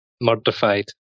murdered